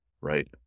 right